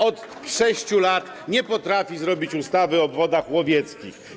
Od 6 lat nie potrafi zrobić ustawy o obwodach łowieckich.